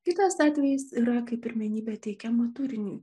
kitas atvejis yra kai pirmenybė teikiama turiniui